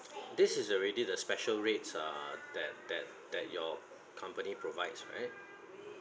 this is already the special rates uh that that that your company provides right